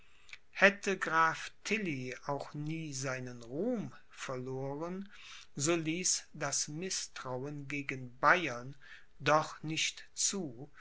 hätte graf tilly auch nie seinen ruhm verloren so ließ das mißtrauen gegen bayern doch nicht zu